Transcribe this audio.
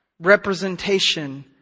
representation